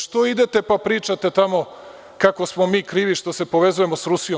Što idete pa pričate tamo kako smo mi krivi što se povezujemo sa Rusijom?